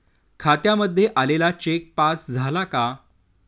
खात्यामध्ये आलेला cheque pass झाला का?